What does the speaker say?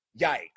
yikes